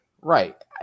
right